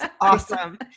awesome